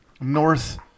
north